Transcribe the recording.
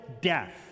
death